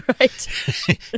Right